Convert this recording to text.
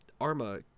Arma